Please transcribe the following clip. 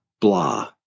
blah